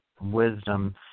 wisdom